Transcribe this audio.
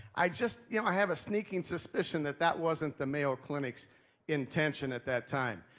i just, y'know i have a sneaking suspicion that that wasn't the mayo clinic's intention at that time.